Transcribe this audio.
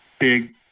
Big